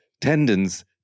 tendons